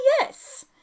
yes